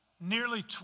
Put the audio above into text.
nearly